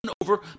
over